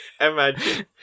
Imagine